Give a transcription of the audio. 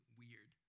weird